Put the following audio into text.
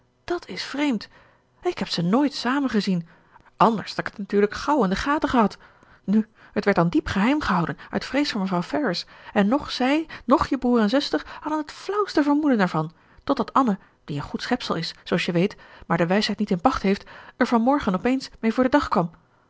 dat is vreemd ik heb ze nooit samen gezien anders had ik het natuurlijk gauw in de gaten gehad nu het werd dan diep geheim gehouden uit vrees voor mevrouw ferrars en noch zij noch je broer en zuster hadden t flauwste vermoeden ervan tot dat anne die een goed schepsel is zooals je weet maar de wijsheid niet in pacht heeft er van morgen op eens mee voor den dag kwam